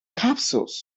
capsules